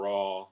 Raw –